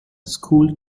school